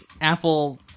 Apple